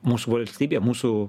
mūsų valstybė mūsų